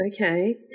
okay